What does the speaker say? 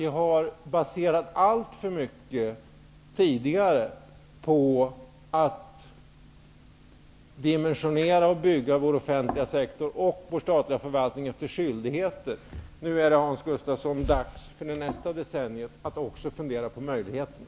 Tidigare har alltför mycket baserats på detta med att dimensionera och bygga vår offentliga sektor och vår statliga förvaltning på skyldigheterna. Nu är det alltså, Hans Gustafsson, dags att inför nästa decennium också fundera över möjligheterna.